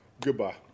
Goodbye